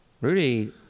Rudy